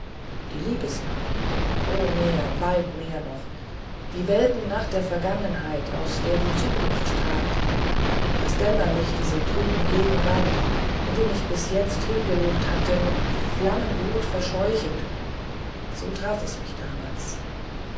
die liebesnacht o mehr weit mehr noch die weltennacht der vergangenheit aus der die zukunft tagt das dämmerlicht dieser trüben gegenwart in dem ich bis jetzt hingelebt hatte mit flammenglut verscheuchend so traf es mich damals